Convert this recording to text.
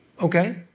Okay